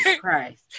Christ